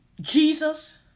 Jesus